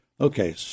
Okay